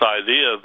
idea